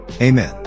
Amen